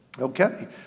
Okay